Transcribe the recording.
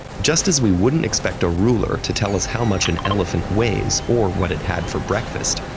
just as we wouldn't expect a ruler to tell us how much an elephant weighs, or what it had for breakfast,